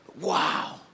Wow